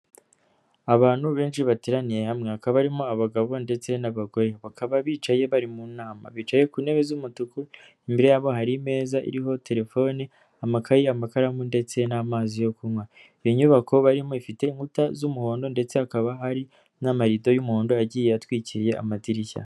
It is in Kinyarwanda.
Abantu benshi bateraniye hamwe hakaba harimo abagabo ndetse n'abagore bakaba bicaye bari mu nama. Bicaye ku ntebe z'umutuku imbere yabo hari imeza iriho telefone, amakayi amakaramu, ndetse n'amazi yo kunywa. Iyi nyubako barimo ifite inkuta z'umuhondo ndetse hakaba hari n'amarido y'umuhodo agiye atwikiriye amadirishya.